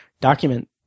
document